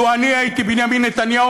לו אני הייתי בנימין נתניהו,